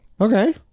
Okay